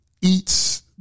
Eats